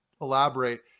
elaborate